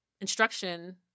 instruction